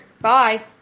Bye